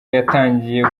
yatangiye